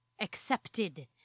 Accepted